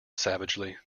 savagely